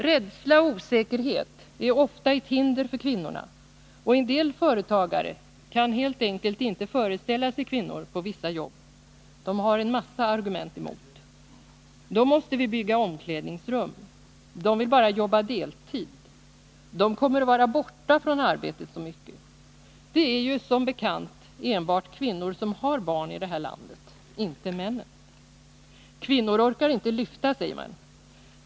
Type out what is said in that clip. Rädsla och osäkerhet är ofta ett hinder för kvinnorna, och en del företagare kan helt enkelt inte föreställa sig kvinnor på vissa jobb. De har en massa argument emot: Då måste vi bygga omklädningsrum, kvinnorna vill bara jobba deltid, de kommer att vara borta från arbetet så mycket. — Det är ju som bekant enbart kvinnor som har barn i det här landet, inte männen. Kvinnor orkar inte lyfta, säger man.